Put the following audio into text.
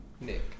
Nick